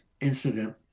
incident